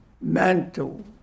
mental